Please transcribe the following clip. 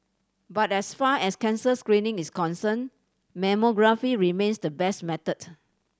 but as far as cancer screening is concerned mammography remains the best method